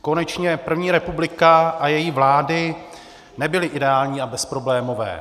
Konečně první republika a její vlády nebyly ideální a bezproblémové.